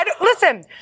Listen